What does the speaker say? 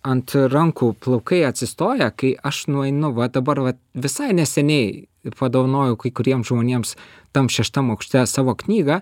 ant rankų plaukai atsistoja kai aš nueinu va dabar vat visai neseniai padovanojau kai kuriem žmonėms tam šeštam aukšte savo knygą